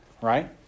right